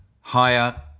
higher